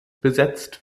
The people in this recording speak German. besetzt